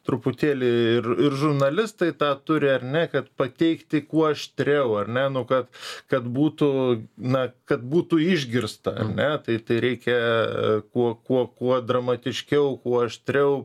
truputėlį ir ir žurnalistai tą turi ar ne kad pateikti kuo aštriau ar ne nu kad kad būtų na kad būtų išgirsta ar ne tai tai reikia kuo kuo kuo dramatiškiau kuo aštriau